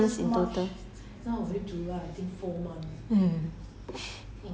so how many how how many how many months in total